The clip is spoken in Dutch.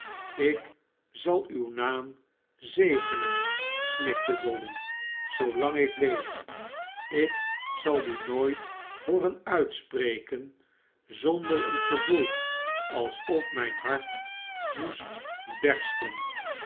ik zal uw naam zegenen snikte dolly zoolang ik leef ikzal dien nooit hooren uitspreken zonder een gevoel alsof mijn hart moest bersten